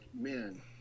man